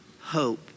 hope